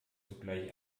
sogleich